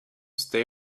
stay